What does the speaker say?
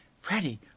freddie